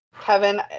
Kevin